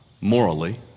morally